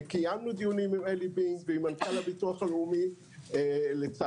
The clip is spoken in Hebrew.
קיימנו דיונים עם עלי בינג ועם מנכ"ל הביטוח הלאומי אבל לצערנו